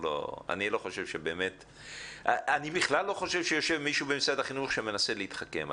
אני בכלל לא חושב שיושב מישהו במשרד החינוך שמנסה להתחכם.